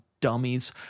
dummies